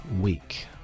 week